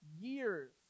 years